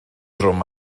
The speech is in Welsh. drwm